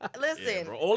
Listen